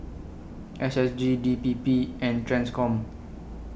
S S G D P P and TRANSCOM